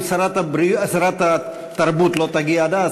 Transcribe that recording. אם שרת התרבות לא תגיע עד אז,